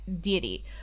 deity